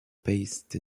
based